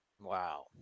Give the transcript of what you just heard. Wow